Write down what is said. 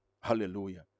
Hallelujah